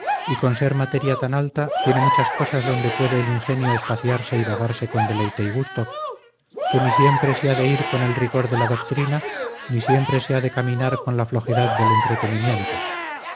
y con ser materia tan alta tiene muchas cosas donde puede el ingenio espaciarse y vagarse con deleite y gusto que ni siempre se ha de ir con el rigor de la doctrina ni siempre se ha de caminar con la flojedad del entretenimiento